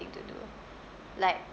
to do like